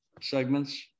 segments